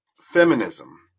feminism